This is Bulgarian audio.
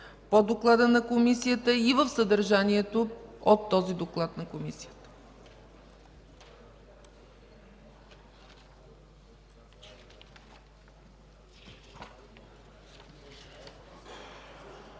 по доклада на Комисията и в съдържанието от този доклад на Комисията.